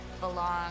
belong